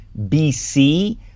BC